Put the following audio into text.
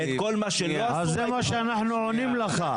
זה מה שאנחנו אומרים לך.